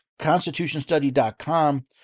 constitutionstudy.com